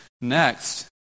next